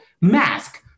mask